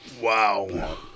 Wow